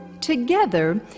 Together